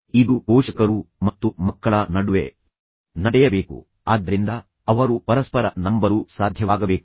ಇದು ಪೋಷಕರು ಮತ್ತು ಮಕ್ಕಳ ನಡುವೆ ನಡೆಯಬೇಕು ಆದ್ದರಿಂದ ಅವರು ಪರಸ್ಪರ ನಂಬಲು ಸಾಧ್ಯವಾಗಬೇಕು